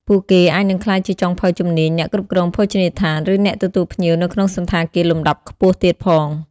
ពួកគេអាចនឹងក្លាយជាចុងភៅជំនាញ អ្នកគ្រប់គ្រងភោជនីយដ្ឋាន ឬអ្នកទទួលភ្ញៀវនៅក្នុងសណ្ឋាគារលំដាប់ខ្ពស់ទៀតផង។